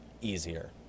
easier